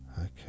Okay